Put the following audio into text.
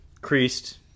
creased